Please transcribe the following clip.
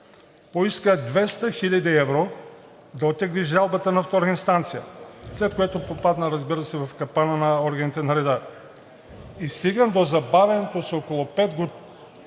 поиска 200 хил. евро да оттегли жалбата на втора инстанция, след което попадна, разбира се, в капана на органите на реда; - и стигам до забавеното с около пет години